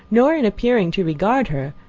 nor in appearing to regard her,